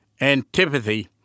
antipathy